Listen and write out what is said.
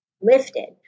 lifted